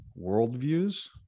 worldviews